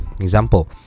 Example